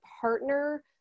partner